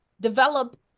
develop